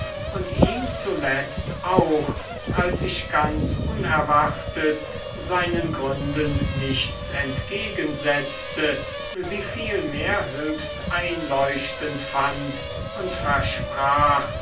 und ihm zuletzt auch als ich ganz unerwartet seinen gründen nichts entgegensetzte sie vielmehr höchst einleuchtend fand und versprach